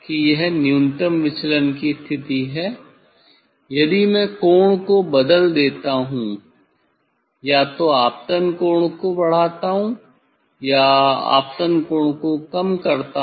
यह न्यूनतम विचलन की स्थिति है यदि मैं कोण को बदल देता हूं या तो आपतन कोण को बढ़ाता हूं या आपतन कोण को कम करता हूं